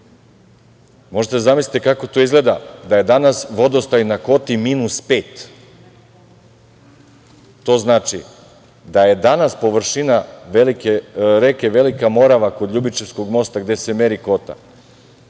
Možete da zamislite kako to izgleda, da je danas vodostaj na kvoti minus pet, to znači da je danas površina reke Velika Morava kod Ljubičevskog mosta, gde se meri kvota,